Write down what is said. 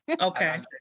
Okay